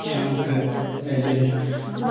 ꯏꯁꯥꯃꯛꯇ ꯂꯩꯖꯔꯤ